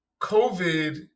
COVID